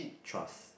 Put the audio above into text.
trust